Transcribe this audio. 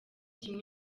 kimwe